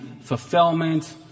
fulfillment